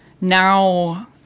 now